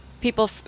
people